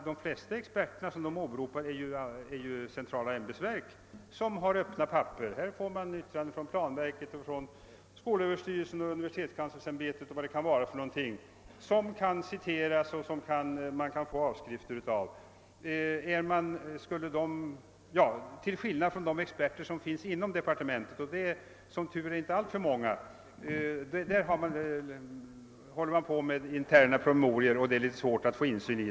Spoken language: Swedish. De flesta experter som dessa åberopar är centrala ämbetsverk, som har öppna papper. Där får man in yttranden t.ex. från planverket, skolöverstyrelsen eller universitetskanslersämbetet, vilka kan citeras och av vilka man kan skaffa avskrifter. Det är helt annorlunda med de experter som finns inom departementet — de är som tur är inte alltför många. Därvidlag är det fråga om interna promemorior, som det är litet svårt att få insyn i.